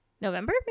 November